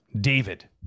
David